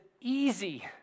easy